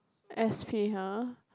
S_P !huh!